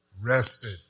rested